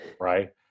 right